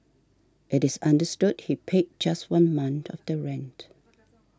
it is understood he paid just one month of the rent